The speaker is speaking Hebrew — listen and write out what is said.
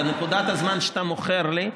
בנקודת הזמן שאתה מוכר לי,